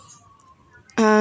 um